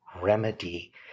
remedy